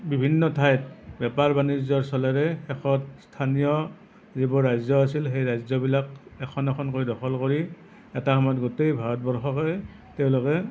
বিভিন্ন ঠাইত বেপাৰ বাণিজ্য়ৰ চলেৰে একক স্থানীয় যিবোৰ ৰাজ্য় আছিল সেই ৰাজ্য়বিলাক এখন এখনকৈ দখল কৰি এটা সময়ত গোটেই ভাৰতবৰ্ষকে তেওঁলোকে